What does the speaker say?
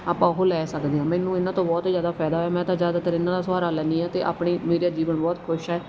ਆਪਾਂ ਉਹ ਲੈ ਸਕਦੇ ਹਾਂ ਮੈਨੂੰ ਇਨ੍ਹਾਂ ਤੋਂ ਬਹੁਤ ਜ਼ਿਆਦਾ ਫ਼ਾਇਦਾ ਹੋਇਆ ਮੈਂ ਤਾਂ ਜ਼ਿਆਦਾਤਰ ਇਨ੍ਹਾਂ ਦਾ ਸਹਾਰਾ ਲੈਂਦੀ ਹਾਂ ਅਤੇ ਆਪਣੇ ਮੇਰਾ ਜੀਵਨ ਬਹੁਤ ਖੁਸ਼ ਹੈ